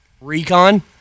Recon